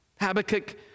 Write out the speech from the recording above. Habakkuk